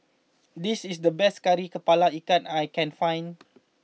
this is the best Kari Kepala Ikan that I can find